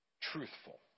truthful